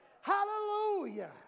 hallelujah